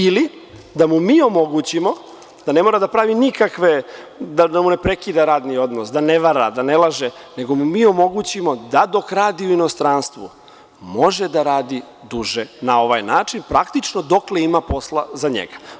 Ili da mu mi omogućimo da ne mora da prekida radni odnos, da ne vara, da ne laže nego da mu mi omogućimo da dok radi u inostranstvu, može da radi duže na ovaj način, praktično do kada ima posla za njega.